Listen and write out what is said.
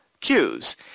cues